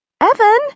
Evan